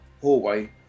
hallway